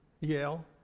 Yale